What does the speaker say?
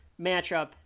matchup